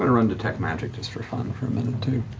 but run detect magic just for fun for a minute.